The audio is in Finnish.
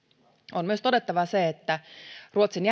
on myös todettava se että ruotsin